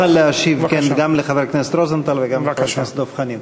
ואז תוכל להשיב גם לחבר הכנסת רוזנטל וגם לחבר הכנסת דב חנין.